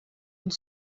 une